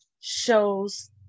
shows